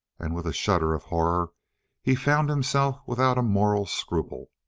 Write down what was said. and with a shudder of horror he found himself without a moral scruple.